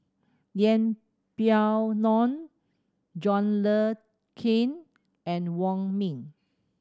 Yeng Pway Ngon John Le Cain and Wong Ming